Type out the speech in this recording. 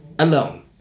Alone